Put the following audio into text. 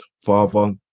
Father